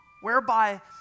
whereby